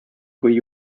kui